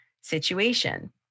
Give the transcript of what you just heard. situation